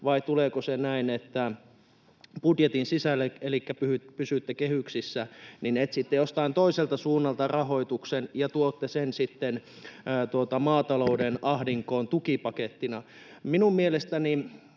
vai tuleeko se budjetin sisälle elikkä niin, että pysytte kehyksissä ja etsitte sitten jostain toiselta suunnalta rahoituksen ja tuotte sen sitten maatalouden ahdinkoon tukipakettina. Täytyy vielä